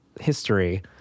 history